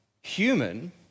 human